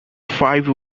five